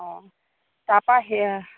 অঁ তাৰপৰা সেয়া